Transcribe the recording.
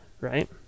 right